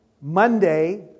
Monday